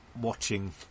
watching